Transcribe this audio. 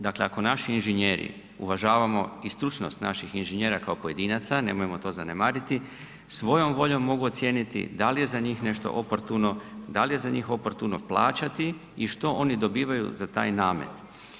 Dakle, ako naši inženjeri, uvažavamo i stručnost naših inženjera kao pojedinaca, nemojmo to zanemariti, svojom voljom mogu ocijeniti da li je za njih nešto oportuno, da li je za njih oportuno plaćati i što oni dobivaju za taj namet.